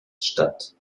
statt